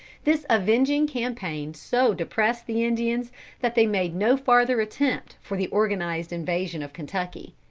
this avenging campaign so depressed the indians that they made no farther attempt for the organised invasion of kentucky.